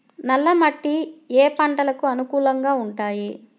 నల్ల మట్టి ఏ ఏ పంటలకు అనుకూలంగా ఉంటాయి?